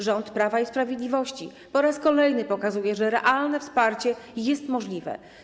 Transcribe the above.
Rząd Prawa i Sprawiedliwości po raz kolejny pokazuje, że realne wsparcie jest możliwe.